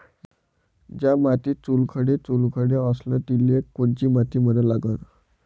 ज्या मातीत चुनखडे चुनखडे असन तिले कोनची माती म्हना लागन?